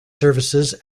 services